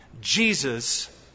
Jesus